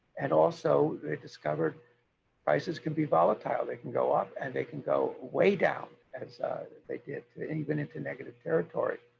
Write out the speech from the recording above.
and also, they discovered prices can be volatile. they can go up and they can go way down as they did even into negative territory.